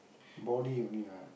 body only lah